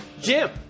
Jim